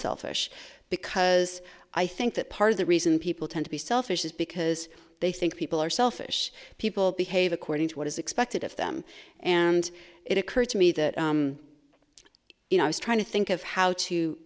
unselfish because i think that part of the reason people tend to be selfish is because they think people are selfish people behave according to what is expected of them and it occurred to me that you know i was trying to think of how to